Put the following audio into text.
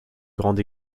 grande